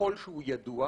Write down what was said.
ככל שהוא ידוע,